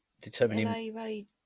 determining